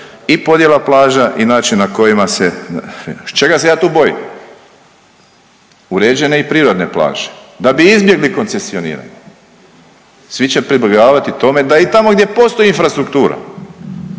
i podjela plaža i način na kojima se, čega se ja tu bojim? Uređene i prirodne plaže da bi izbjegli koncesioniranje, svi će pribjegavati tome da i tamo gdje postoji infrastruktura